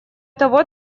того